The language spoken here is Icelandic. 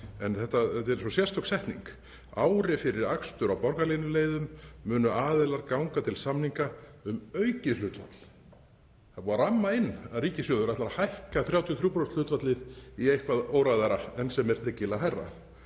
En þetta er sérstök setning: Ári fyrir akstur á borgarlínuleiðum munu aðilar ganga til samninga um aukið hlutfall. Það er búið að ramma það inn að ríkissjóður ætli að hækka 33% hlutfallið í eitthvað óræðara, en sem er tryggilega hærra.